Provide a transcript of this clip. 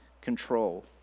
control